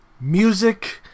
music